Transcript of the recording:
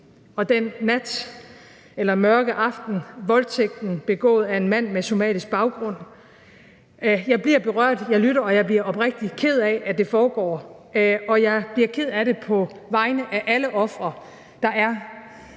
og den nat, eller mørke aften, voldtægten begås af en mand med somalisk baggrund. Jeg bliver berørt, jeg lytter, og jeg bliver oprigtigt ked af, at det foregår. Jeg bliver ked af det på vegne af alle ofre, der i